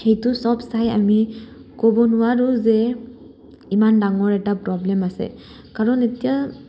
সেইটো চব চাই আমি ক'ব নোৱাৰোঁ যে ইমান ডাঙৰ এটা প্ৰব্লেম আছে কাৰণ এতিয়া